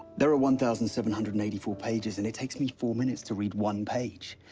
there are one thousand seven hundred and eighty four pages, and it takes me four minutes to read one page.